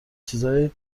چیزای